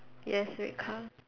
yes red colour